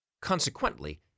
Consequently